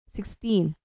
Sixteen